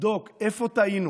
לבדוק איפה טעינו